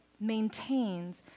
maintains